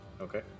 Okay